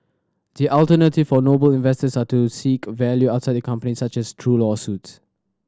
the alternative for Noble investors are to seek value outside the company such as through lawsuits